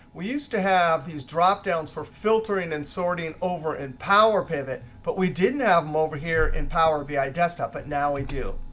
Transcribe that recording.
we used to have these dropdowns for filtering and sorting over in power pivot, but we didn't have them over here in power bi desktop, but now we do.